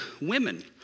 women